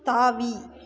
தாவி